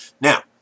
Now